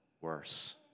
worse